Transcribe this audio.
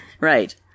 Right